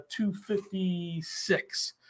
256